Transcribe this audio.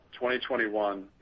2021